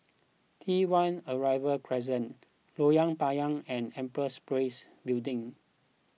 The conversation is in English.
T one Arrival Crescent Lorong Payah and Empress Place Building